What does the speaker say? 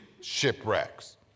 shipwrecks